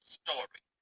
story